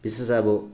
विशेष अब